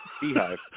Beehive